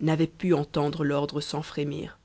n'avait pu entendre l'ordre sans frémir